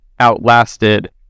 outlasted